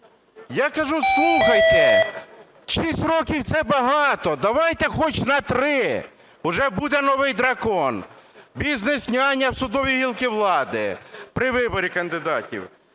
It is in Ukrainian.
Я кажу, слухайте, 6 років - це багато, давайте хоч на 3. Уже буде новий дракон – "бізнес-няня" в судовій гілці влади при виборі кандидатів.